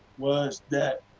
was that,